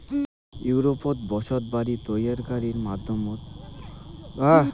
ইউরোপত বসতবাড়ি তৈয়ারকারির মাধ্যমত লাতিন আমেরিকাত এ্যাইটার আবাদ শুরুং হই